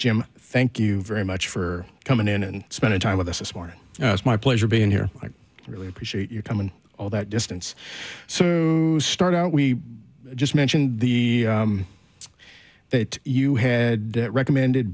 jim thank you very much for coming in and spending time with us this morning my pleasure being here i really appreciate your time and all that distance so start out we just mentioned the that you had recommended